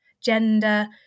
gender